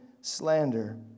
slander